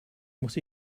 muss